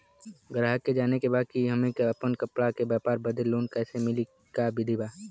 गराहक के जाने के बा कि हमे अपना कपड़ा के व्यापार बदे लोन कैसे मिली का विधि बा?